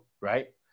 right